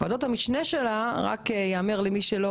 יש שתי